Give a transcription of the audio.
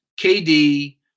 KD